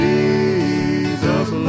Jesus